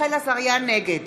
נגד